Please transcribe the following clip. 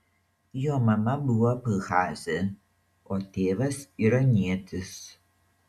jo mama buvo abchazė o tėvas iranietis